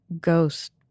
ghost